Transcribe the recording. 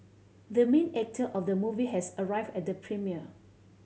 the main actor of the movie has arrived at the premiere